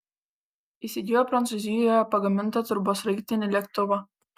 įsigijo prancūzijoje pagamintą turbosraigtinį lėktuvą